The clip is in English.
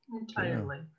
Entirely